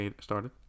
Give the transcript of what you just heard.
started